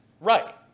Right